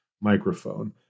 microphone